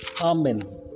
amen